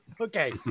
Okay